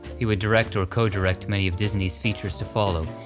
he would direct or co-direct many of disney's features to follow,